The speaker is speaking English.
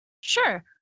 Sure